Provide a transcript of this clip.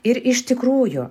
ir iš tikrųjų